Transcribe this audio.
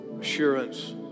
assurance